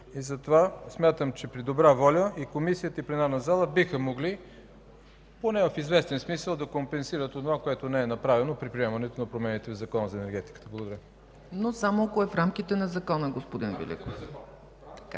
Затова смятам, че при добра воля и комисията, и пленарната зала биха могли поне в известен смисъл да компенсират онова, което не е направено при приемането на промените в Закона за енергетиката. ПРЕДСЕДАТЕЛ ЦЕЦКА ЦАЧЕВА: Но само ако е в рамките на закона, господин Великов.